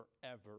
forever